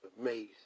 Amazing